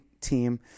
team